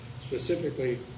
Specifically